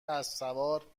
اسبسوار